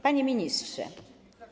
Panie Ministrze!